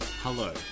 Hello